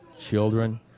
children